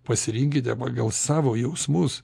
pasirinkite pagal savo jausmus